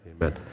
amen